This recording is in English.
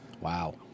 Wow